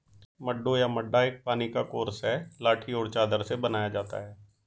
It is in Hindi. मड्डू या मड्डा एक पानी का कोर्स है लाठी और चादर से बनाया जाता है